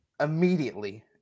immediately